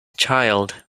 child